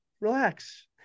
Relax